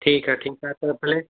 ठीकु आहे ठीकु आहे त भले